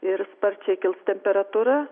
ir sparčiai kils temperatūra